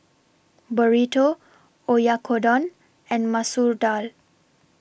Burrito Oyakodon and Masoor Dal